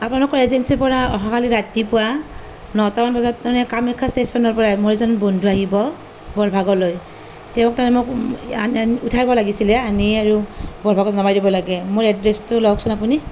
আপোনালোকৰ এজেন্সীৰপৰা অহাকালি ৰাতিপুৱা নটা মান বজাত তাৰমানে কামাখ্যা ষ্টেচনৰপৰা মোৰ এজন বন্ধু আহিব বৰভাগলৈ তেওঁক তাৰমানে মোক উঠাব লাগিছিলে আনি আৰু বৰভাগত নমাই দিব লাগে মোৰ এড্ৰেছটো লওকচোন আপুনি